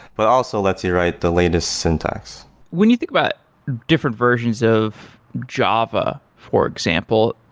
but also lets you write the latest syntax when you think about different versions of java for example,